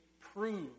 prove